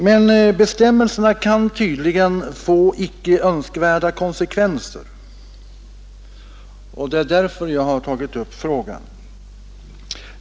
Men bestämmelserna kan tydligen få icke önskvärda konsekvenser, och det är därför som jag har tagit upp frågan.